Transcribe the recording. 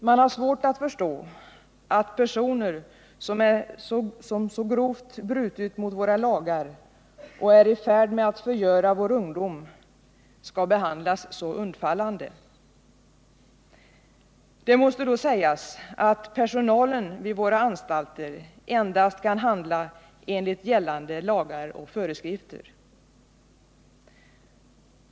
Man har svårt att förstå att personer som så grovt brutit mot våra lagar och är i färd med att förgöra vår ungdom skall behandlas så undfallande. Det måste då sägas att personalen vid våra anstalter endast kan handla enligt gällande lagar och föreskrifter.